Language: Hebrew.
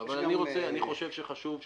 אבל אני חושב שחשוב,